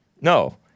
No